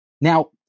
Now